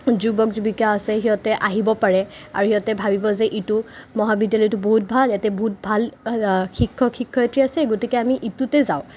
যুৱক যুবিকা আছে সিহঁতে আহিব পাৰে আৰু হিহঁতে ভাবিব যে এইটো মহাবিদ্যালয়টো বহুত ভাল ইয়াতে বহুত ভাল শিক্ষক শিক্ষয়িত্ৰী আছে গতিকে আমি এইটোতে যাওঁ